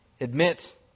admit